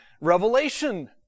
Revelation